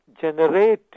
generate